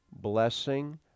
blessing